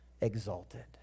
exalted